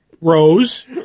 Rose